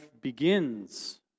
begins